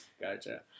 Gotcha